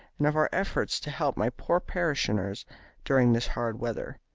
and of our efforts to help my poor parishioners during this hard weather.